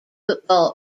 football